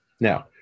Now